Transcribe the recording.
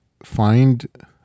Find